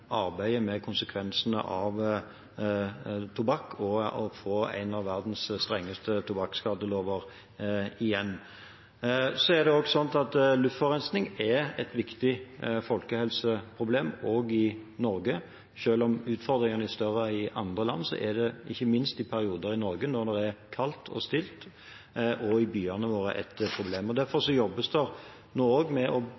arbeidet med konsekvensene av tobakk og å få en av verdens strengeste tobakksskadelover igjen. Så er det slik at luftforurensning er et viktig folkehelseproblem også i Norge. Selv om utfordringene er større i andre land, er det ikke minst i perioder i Norge når det er kaldt og stille, også et problem i byene våre. Derfor jobbes det nå også med å